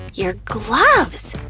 your gloves!